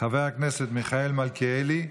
חבר הכנסת מיכאל מלכיאלי,